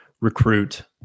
recruit